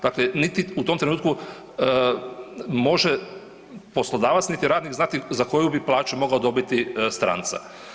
Dakle, niti u tom trenutku može poslodavac, niti radnik znati za koju bi plaću mogao dobiti stranca.